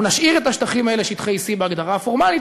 אנחנו נשאיר את השטחים האלה שטחי C בהגדרה הפורמלית,